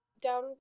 down